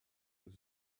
was